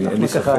אין לי ספק.